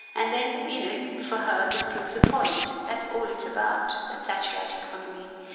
and then you know for her this proves the point. that's all it's about, that thatcherite economy,